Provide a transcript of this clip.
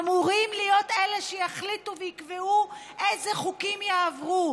אמורים להיות אלה שיחליטו ויקבעו איזה חוקים יעברו,